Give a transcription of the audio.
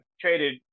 traded